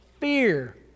fear